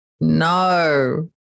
no